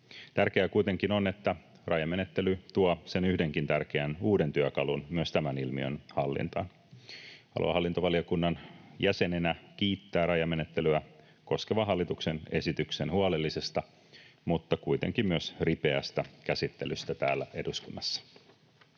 Tärkeää kuitenkin on, että rajamenettely tuo sen yhdenkin tärkeän uuden työkalun myös tämän ilmiön hallintaan. Haluan hallintovaliokunnan jäsenenä kiittää rajamenettelyä koskevan hallituksen esityksen huolellisesta mutta kuitenkin myös ripeästä käsittelystä täällä eduskunnassa.